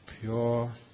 pure